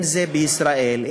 אם בישראל,